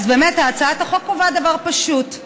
אז באמת, הצעת החוק קובעת דבר פשוט: